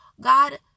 God